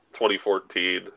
2014